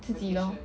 自己 lor